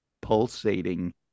pulsating